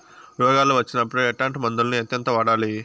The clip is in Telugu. రోగాలు వచ్చినప్పుడు ఎట్లాంటి మందులను ఎంతెంత వాడాలి?